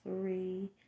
three